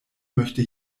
möchte